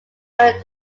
running